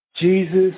Jesus